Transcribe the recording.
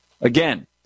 Again